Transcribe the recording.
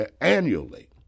annually